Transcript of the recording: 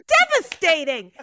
devastating